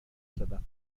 زدم